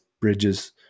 bridges